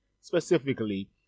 specifically